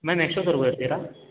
ma'am ಎಷ್ಟೊತ್ವರೆಗು ಇರ್ತೀರಾ